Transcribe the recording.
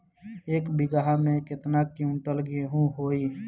एक बीगहा में केतना कुंटल गेहूं होई?